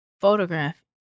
photograph